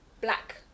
black